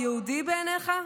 יהודי בעינייך?